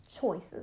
choices